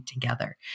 together